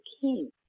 King